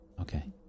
Okay